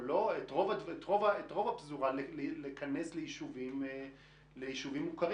אבל את רוב הפזורה לכנס ליישובים מוכרים,